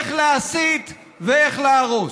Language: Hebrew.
איך להסית ואיך להרוס.